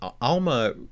Alma